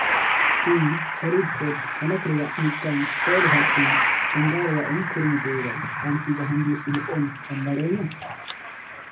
ᱤᱧ ᱯᱷᱨᱤᱰ ᱠᱳᱰ ᱦᱚᱱᱚᱛ ᱨᱮᱭᱟᱜ ᱢᱤᱫᱴᱟᱝ ᱯᱮᱰ ᱵᱷᱮᱠᱥᱤᱱ ᱥᱮᱱᱫᱨᱟᱭ ᱨᱮᱭᱟᱜ ᱤᱧ ᱠᱩᱨᱩᱢᱩᱴᱩᱭᱮᱫᱟ ᱟᱢ ᱠᱤ ᱡᱟᱦᱟᱱ ᱫᱤᱥ ᱦᱩᱫᱤᱥ ᱮᱢ ᱮᱢ ᱫᱟᱲᱮᱭᱟᱹᱧᱟ